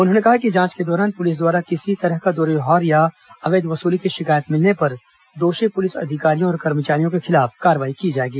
उन्होंने कहा कि जांच के दौरान पुलिस द्वारा किसी तरह का दुर्व्यवहार और अवैध वसूली की शिकायत मिलने पर दोषी पुलिस अधिकारियों और कर्मचारियों के खिलाफ कार्रवाई की जाएगी